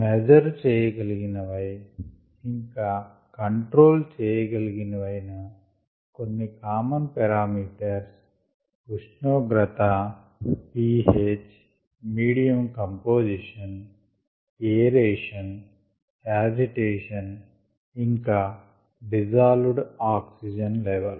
measure చేయగలిగినవై ఇంకా control చేయగలిగినవైన కొన్ని కామన్ పారామీటర్స్ ఉష్ణోగ్రత pH medium composition aeration agitation ఇంకా డిజాల్వ్డ్ ఆక్సిజన్ లెవల్